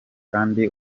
kandi